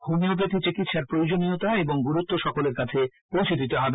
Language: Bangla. হোমিওপ্যাখি চিকিৎসার প্রয়োজনীয়তা এবং গুরুত্ব সকলের কাছে পৌছে দিতে হবে